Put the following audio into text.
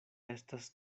estas